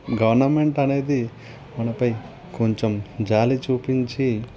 government అనేది మనపై కొంచెం జాలి చూపించి